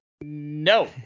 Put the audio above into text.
no